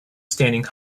standing